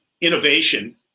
innovation